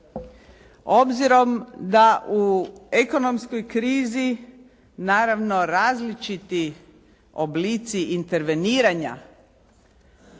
obzirom da u ekonomskoj krizi naravno različiti oblici interveniranja